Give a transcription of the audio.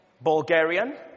Bulgarian